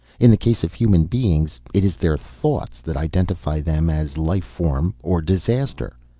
in the case of human beings, it is their thoughts that identify them as life form or disaster.